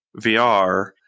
VR